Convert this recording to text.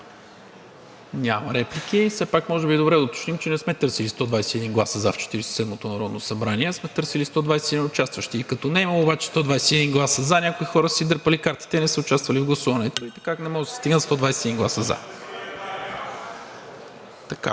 Няма реплики. Все пак може би е добре да уточним, че не сме търсили 121 гласа за в Четиридесет и седмото народно събрание, а сме търсили 121 участващи. И като не е имало обаче 121 гласа за, някои хора са си дърпали картите и не са участвали в гласуването и така не може да се стигне до 121 гласа за.